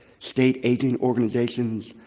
state aging organizations,